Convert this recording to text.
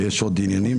ויש שם עוד עניינים.